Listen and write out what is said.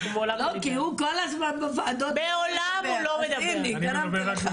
במטרה לבדוק את כל הנושא הזה.